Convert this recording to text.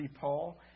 Paul